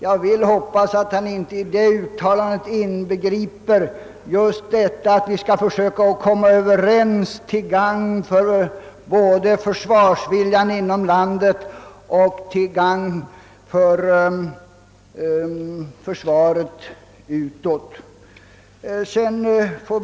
Jag hoppas att med detta uttalande inte åsyftas att försök att komma överens i försvarsfrågan inte bör förekomma. Sådana överenskommelser är helt säkert till gagn för såväl försvarsviljan inom landet som för försvarets anseende utåt.